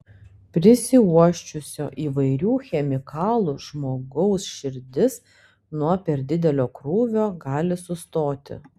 prisiuosčiusio įvairių chemikalų žmogaus širdis nuo per didelio krūvio gali sustoti